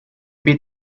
beat